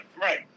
right